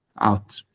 out